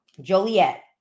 Joliet